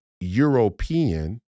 European